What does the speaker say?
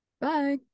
Bye